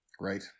right